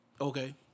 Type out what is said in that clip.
Okay